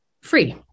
free